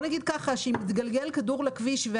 נניח שיתגלגל כדור לכביש,